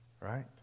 right